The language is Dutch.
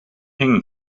hing